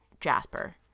Jasper